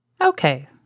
Okay